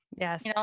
Yes